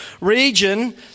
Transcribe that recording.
region